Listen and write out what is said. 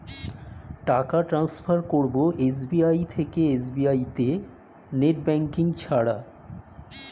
টাকা টান্সফার করব এস.বি.আই থেকে এস.বি.আই তে নেট ব্যাঙ্কিং ছাড়া?